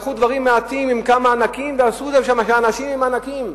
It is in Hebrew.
לקחו דברים מעטים עם כמה ענקים ועשו מזה ששם האנשים ענקים,